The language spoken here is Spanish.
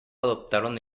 adoptaron